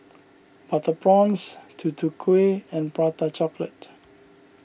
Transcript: Butter Prawns Tutu Kueh and Prata Chocolate